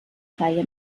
reihe